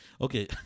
Okay